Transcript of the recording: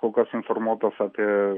kol kas informuotos apie